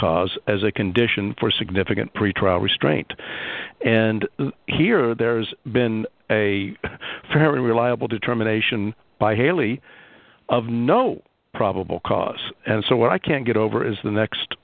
cause as a condition for significant pretrial restraint and here there's been a fairly reliable determination by haley of no probable cause and so i can't get over is the next